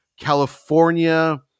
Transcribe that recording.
california